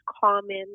common